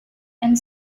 and